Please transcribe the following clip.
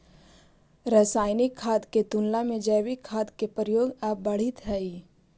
रासायनिक खाद के तुलना में जैविक खाद के प्रयोग अब बढ़ित हई